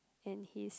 and his